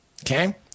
Okay